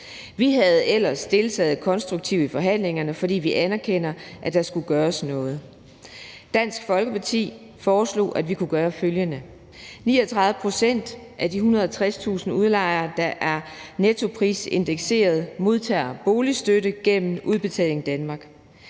Vi havde ellers deltaget konstruktivt i forhandlingerne, fordi vi anerkender, at der skulle gøres noget. Dansk Folkeparti foreslog, at vi kunne gøre følgende: 39 pct. af de 160.000 lejere , der er nettoprisindekseret, modtager boligstøtte gennem Udbetaling Danmark.